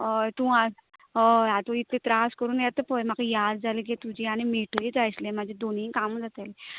हय तूं आं हय आतां तूं इतके त्रास करून येता पळय म्हाका याद जाली की तुजी आनी मिठय जाय आशिल्लें म्हजी दोनूय कामां जातालीं